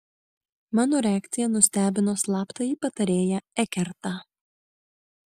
mano reakcija nustebino slaptąjį patarėją ekertą